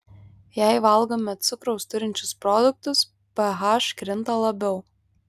jei valgome cukraus turinčius produktus ph krinta labiau